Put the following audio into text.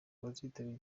abazitabira